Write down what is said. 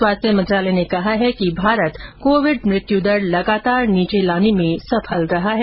स्वास्थ्य मंत्रालय ने कहा है कि भारत कोविड मृत्यु दर लगातार नीचे लाने में सफल रहा है